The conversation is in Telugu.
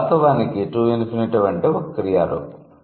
వాస్తవానికి 'టు ఇంఫినిటివ్' అంటే ఒక క్రియా రూపం